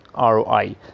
ROI